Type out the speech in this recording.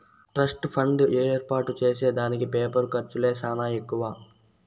trust fund ఏర్పాటు చేసే దానికి పేపరు ఖర్చులే సానా ఎక్కువ